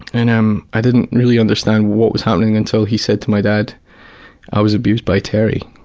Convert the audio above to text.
and um i didn't really understand what was happening until he said to my dad i was abused by terry,